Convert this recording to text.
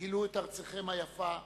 גילו את ארצכם היפה,